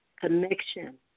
connection